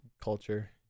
culture